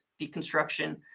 deconstruction